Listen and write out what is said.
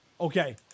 Okay